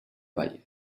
bai